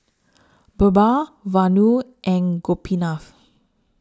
Birbal Vanu and Gopinath